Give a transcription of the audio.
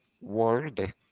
world